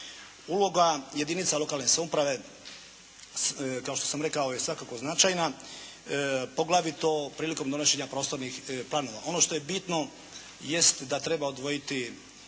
Uloga jedinica lokalne samouprave kao što sam rekao je svakako značajna, poglavito prilikom donošenja prostornih planova. Ono što je bitno jest da treba odvojiti